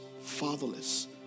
fatherless